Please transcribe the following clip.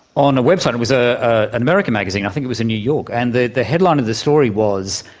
on a website. it was ah an american magazine, i think it was in new york, and the the headline of the story was,